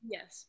Yes